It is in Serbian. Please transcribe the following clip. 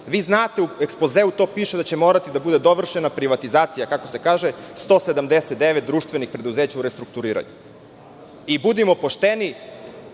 Vi znate, u ekspozeu to piše da će morati da bude dovršena privatizacija kako se kaže 179 društvenih preduzeća u restrukturiranju, i budimo pošteni